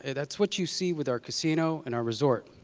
that's what you see with our casino and our resort.